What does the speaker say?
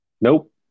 Nope